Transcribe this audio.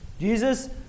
Jesus